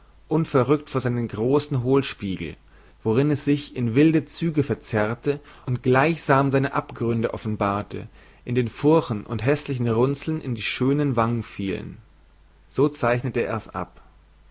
unverrükt vor seinen großen hohlspiegel worinn es sich in wilde züge verzerrte und gleichsam seine abgründe offenbarte in den furchen und häßlichen runzeln die in die schönen wangen fielen so zeichnete er's ab